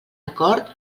acord